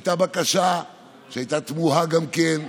הייתה בקשה, שהייתה תמוהה גם כן,